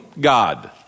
God